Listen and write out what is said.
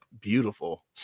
beautiful